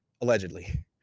Allegedly